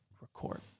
record